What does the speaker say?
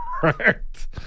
correct